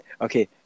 Okay